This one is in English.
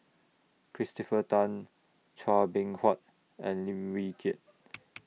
Christopher Tan Chua Beng Huat and Lim Wee Kiak